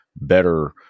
better